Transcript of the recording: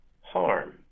harm